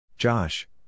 Josh